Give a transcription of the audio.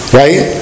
right